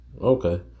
Okay